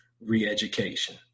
re-education